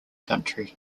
country